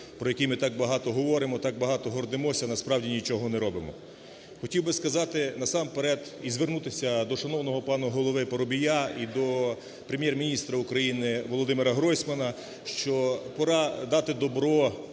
про який ми так багато говоримо, так багато гордимося, а насправді нічого не робимо. Хотів би сказати насамперед і звернутися до шановного пана ГоловиПарубія і до Прем’єр-міністра України Володимира Гройсмана, що пора дати добро